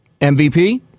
MVP